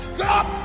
Stop